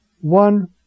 One